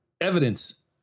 Evidence